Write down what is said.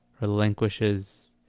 relinquishes